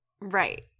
Right